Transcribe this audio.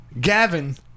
Gavin